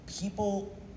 people